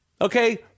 Okay